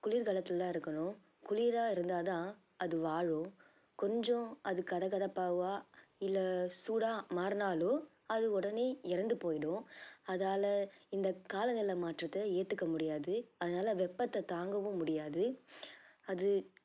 குளிர்காலத்தில் தான் இருக்கணும் குளிராக இருந்தால்தான் அது வாழும் கொஞ்சம் அது கதகதப்பாகவோ இல்லை சூடாக மாறினாலும் அது உடனே இறந்து போயிடும் அதால் இந்த காலநில மாற்றத்தை ஏற்றுக்க முடியாது அதனால் வெப்பத்தை தாங்கவும் முடியாது அது